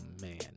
man